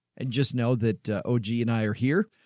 and just know that a o g and i are here,